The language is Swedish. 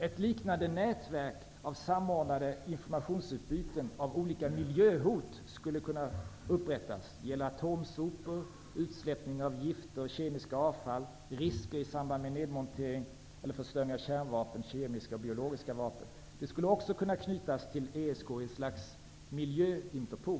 Ett liknande nätverk av samordnade informationsutbyten om olika miljöhot skulle kunna upprättas. Det gäller atomsopor, utsläpp av gifter och kemiskt avfall, risker i samband med nedmontering eller förstöring av kärnvapen eller kemiska och biologiska vapen. Det skulle till ESK också kunna knytas ett slags Miljöinterpol.